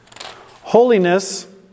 Holiness